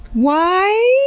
why?